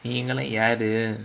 நீங்கெல்லா யாரு:neengellaa yaaru